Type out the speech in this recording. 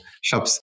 shops